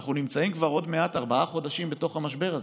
אנחנו נמצאים כבר עוד מעט ארבעה חודשים בתוך המשבר הזה.